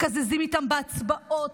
מתקזזים איתם בהצבעות,